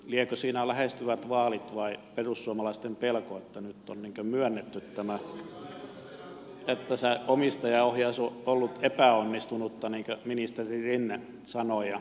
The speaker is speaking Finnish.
liekö siinä syynä lähestyvät vaalit vai perussuomalaisten pelko että nyt on niin kuin myönnetty tämä että se omistajaohjaus on ollut epäonnistunutta niin kuin ministeri rinne sanoi